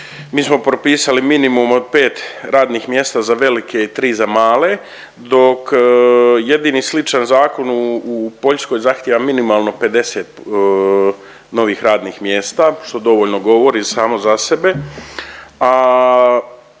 mi smo propisali minimum od 5 radnih mjesta za velike i 3 za male dok jedini sličan zakon u Poljskoj zahtjeva minimalno 50 novih radnih mjesta, što dovoljno govori samo za sebe,